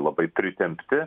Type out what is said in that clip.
labai pritempti